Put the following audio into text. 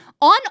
on